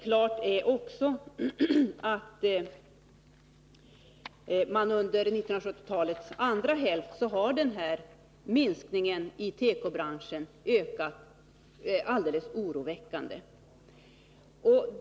Klart är också att minskningen i tekobranschen har forcerats alldeles oroväckande.